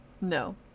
No